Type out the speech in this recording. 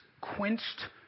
quenched